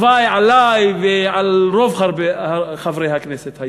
אומר שהלוואי עלי ועל רוב חברי הכנסת.